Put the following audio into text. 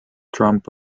trump